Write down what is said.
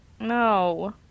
No